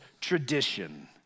tradition